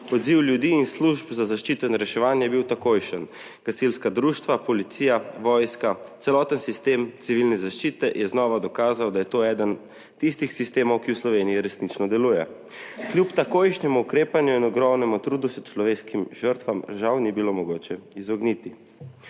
Odziv ljudi in služb za zaščito in reševanje je bil takojšen: gasilska društva, policija, vojska, celoten sistem Civilne zaščite je znova dokazal, da je to eden tistih sistemov, ki v Sloveniji resnično deluje. Kljub takojšnjemu ukrepanju in ogromnemu trudu se človeškim žrtvam žal ni bilo mogoče izogniti.